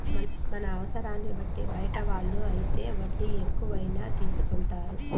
మన అవసరాన్ని బట్టి బయట వాళ్ళు అయితే వడ్డీ ఎక్కువైనా తీసుకుంటారు